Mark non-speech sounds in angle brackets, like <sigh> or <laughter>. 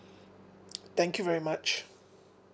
<noise> thank you very much